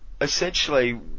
essentially